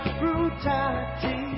brutality